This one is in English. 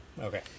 Okay